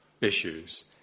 issues